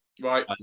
Right